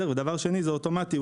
שנית, זה אוטומטי.